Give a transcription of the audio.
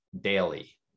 daily